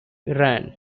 iran